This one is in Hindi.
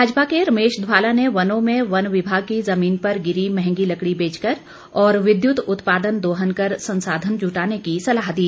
भाजपा के रमेश धवाला ने वनों में वन विभाग की जमीन पर गिरी मंहगी लकड़ी बेचकर और विद्युत उत्पादन दोहन कर संसाधन जुटाने की सलाह दी